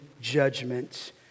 judgment